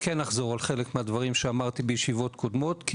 אני אחזור על חלק מהדברים שאמרתי בישיבות קודמות,